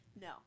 No